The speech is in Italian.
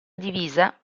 divisa